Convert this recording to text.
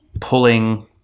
pulling